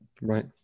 Right